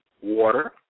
water